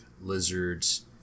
lizards